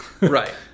right